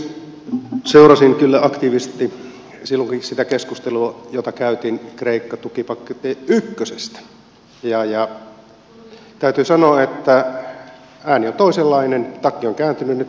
viimeksi seurasin kyllä aktiivisesti silloin sitäkin keskustelua jota käytiin kreikka tukipaketti ykkösestä ja täytyy sanoa että ääni on toisenlainen takki on kääntynyt